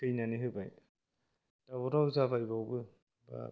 थैनानै होबाय दावराव जाबाय बेयावबो बाप